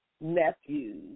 nephews